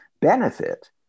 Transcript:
benefit